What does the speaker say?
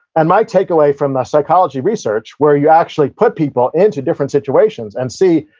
and my take away from my psychology research, where you actually put people into different situations and see,